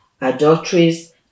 adulteries